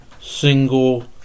single